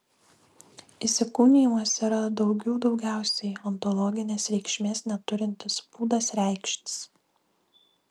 įsikūnijimas yra daugių daugiausiai ontologinės reikšmės neturintis būdas reikštis